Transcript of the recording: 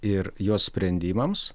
ir jos sprendimams